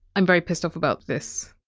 i'm very pissed off about this.